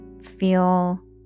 feel